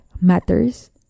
matters